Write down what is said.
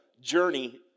journey